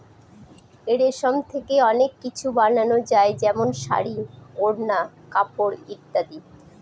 রেশম থেকে অনেক কিছু বানানো যায় যেমন শাড়ী, ওড়না, কাপড় ইত্যাদি